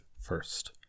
first